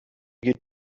geht